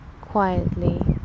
quietly